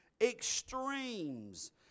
extremes